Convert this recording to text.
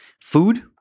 food